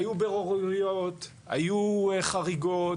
היו בוררויות, היו חריגות,